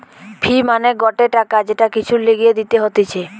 ফি মানে গটে টাকা যেটা কিছুর লিগে দিতে হতিছে